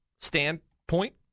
standpoint